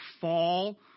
fall